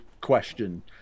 question